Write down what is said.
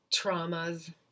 traumas